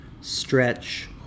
stretch